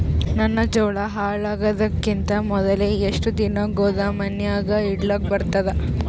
ನನ್ನ ಜೋಳಾ ಹಾಳಾಗದಕ್ಕಿಂತ ಮೊದಲೇ ಎಷ್ಟು ದಿನ ಗೊದಾಮನ್ಯಾಗ ಇಡಲಕ ಬರ್ತಾದ?